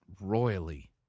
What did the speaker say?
royally